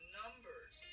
numbers